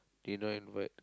they never invite